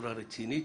בצורה רצינית,